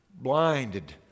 blinded